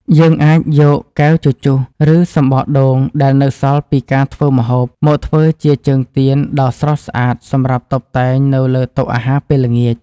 យើងអាចយកកែវជជុះ ឬ សំបកដូងដែលនៅសល់ពីការធ្វើម្ហូប មកធ្វើជាជើងទៀនដ៏ស្រស់ស្អាតសម្រាប់តុបតែងនៅលើតុអាហារពេលល្ងាច។